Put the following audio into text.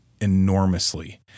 enormously